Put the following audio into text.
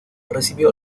recibió